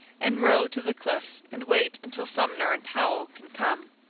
and row to the cliff and wait until sumner and powell can come.